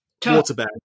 Waterbed